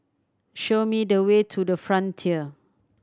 show me the way to The Frontier